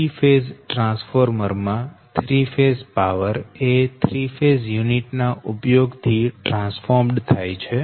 3 phase transformer માં 3 phase power એ 3 phase unit ના ઉપયોગ થી ટ્રાન્સફોર્મ્ડ થાય છે